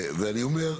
ואני אומר,